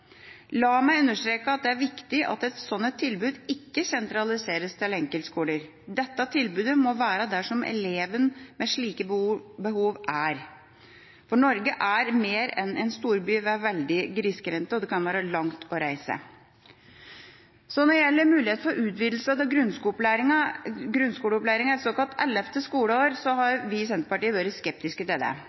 La meg understreke at det er viktig at et slikt tilbud ikke sentraliseres til enkeltskoler. Dette tilbudet må være der elevene med slike behov er. Norge er mer enn en storby. Det kan være grisgrendt og langt å reise. Når det gjelder mulighet for utvidelse av grunnskoleopplæringen, et såkalt 11. skoleår, har vi i Senterpartiet vært skeptiske til det.